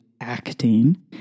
acting